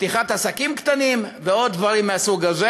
פתיחת עסקים קטנים ועוד דברים מהסוג הזה.